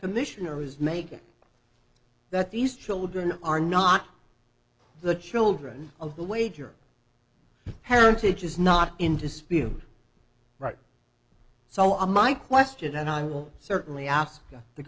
commissioner is making that these children are not the children of the wager parents it is not in dispute right so i my question and i will certainly ask the